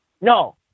no